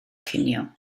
cinio